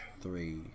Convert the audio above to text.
three